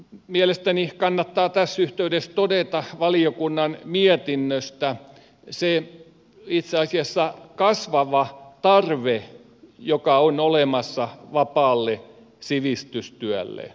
mielestäni kannattaa tässä yhteydessä todeta valiokunnan mietinnöstä se itse asiassa kasvava tarve joka on olemassa vapaalle sivistystyölle